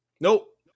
Nope